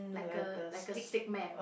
like a like a stickman